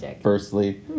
firstly